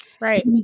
Right